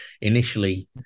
initially